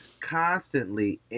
constantly